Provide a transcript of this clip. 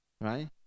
Right